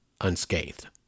unscathed